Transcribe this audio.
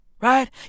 Right